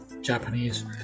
Japanese